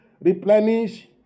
replenish